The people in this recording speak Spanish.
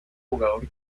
jugador